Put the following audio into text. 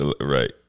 Right